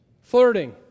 Flirting